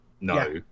No